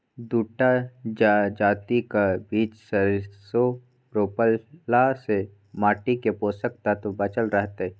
दू टा जजातिक बीच सरिसों रोपलासँ माटिक पोषक तत्व बचल रहतै